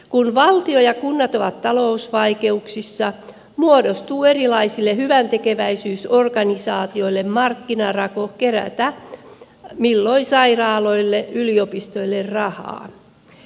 kun valtio ja kunnat ovat talousvaikeuksissa muodostuu erilaisille hyväntekeväisyysorganisaatioille markkinarako kerätä milloin sairaaloille milloin yliopistoille rahaa